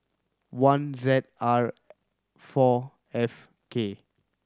one Z R four F K